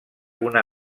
una